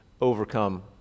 overcome